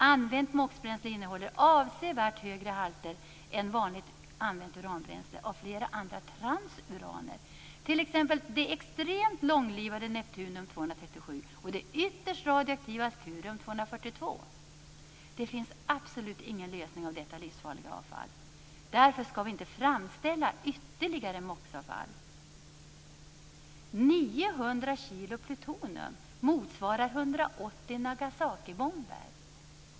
Använt MOX-bränsle innehåller avsevärt högre halter än vanligt använt uranbränsle av flera andra transuraner, t.ex. det extremt långlivade neptunium 237 och det ytterst radioaktiva curium 242. Det finns absolut ingen lösning av detta livsfarliga avfall. Därför skall vi inte framställa ytterligare MOX-avfall 900 kg plutonium motsvarar 180 Nagasakibomber.